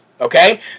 okay